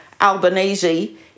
Albanese